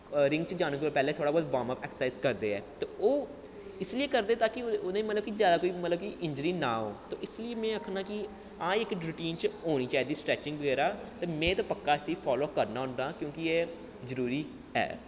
ring च जाने कोल पेह्लें थोह्ड़ा बौह्त वार्मअप ऐक्सरसाइज करदे ऐ ते ओह् इसलेई करदे ताकि उ'नें मतलब कि जादा कोई मतलब इंजरी ना हो ते इस लेई में आखना कि हां इक रोटीन च होनी चीहिदी स्ट्रैचिंग बगैरा ते में ते पक्का इसी फालो करना होन्ना क्योंकि एह् जरूरी ऐ